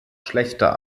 schlechter